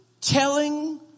telling